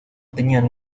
tenían